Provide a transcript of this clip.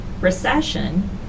recession